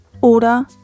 oder